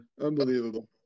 unbelievable